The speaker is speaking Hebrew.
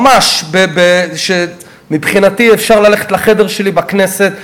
ממש: מבחינתי אפשר ללכת לחדר שלי בכנסת,